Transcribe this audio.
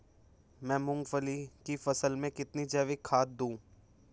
मैं मूंगफली की फसल में कितनी जैविक खाद दूं?